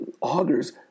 augers